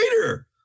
later